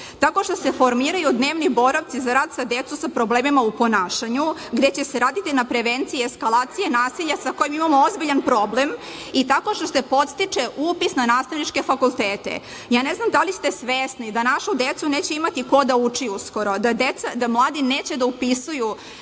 tako što se formiraju dnevni boravci za rad sa decu sa problemima u ponašanju, gde će se raditi na prevenciji eskalacije nasilja, sa kojom imamo ozbiljan problem, i tako što se podstiče upis na nastavničke fakultete. Ja ne znam da li ste svesni da našu decu uskoro neće imati ko da uči, da deca i mladi neće da upisuju